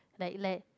like like